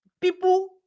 people